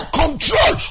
control